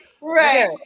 Right